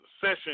session